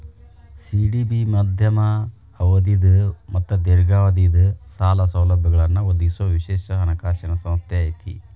CDB ಮಧ್ಯಮ ಅವಧಿದ್ ಮತ್ತ ದೇರ್ಘಾವಧಿದ್ ಸಾಲ ಸೌಲಭ್ಯಗಳನ್ನ ಒದಗಿಸೊ ವಿಶೇಷ ಹಣಕಾಸಿನ್ ಸಂಸ್ಥೆ ಐತಿ